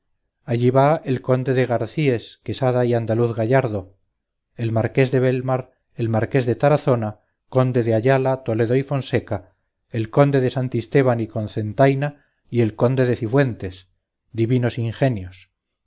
allí va el conde de garcíes quesada y andaluz gallardo el marqués de velmar el marqués de tarazona conde de ayala toledo y fonseca el conde de santisteban y cocentaina y el conde de cifuentes divinos ingenios